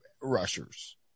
rushers